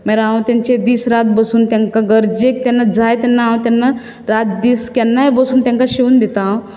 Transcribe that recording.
मागीर हांव तांचे दीस रात बसून तांकां गरजेक हांव जाय तेन्ना हांव रात दीस केन्ना य बसून हांव तांकां शिंवून दितां